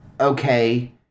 okay